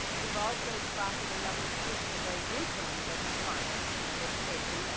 we've also sponsored a number of the christo rey interns at the department of education.